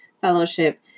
Fellowship